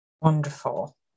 Wonderful